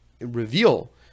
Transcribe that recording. reveal